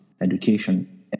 education